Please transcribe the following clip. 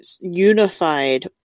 unified